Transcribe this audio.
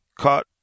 caught